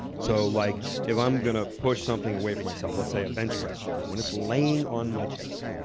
so like if i'm gonna push something away from myself, let's say a bench press bar. when it's laying on my chest,